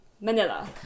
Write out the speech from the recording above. Manila